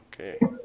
okay